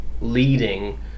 leading